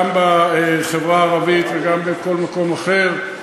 גם בחברה הערבית וגם בכל מקום אחר.